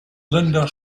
linda